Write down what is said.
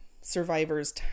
survivors